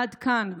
עד כאן,